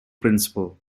principal